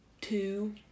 two